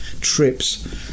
trips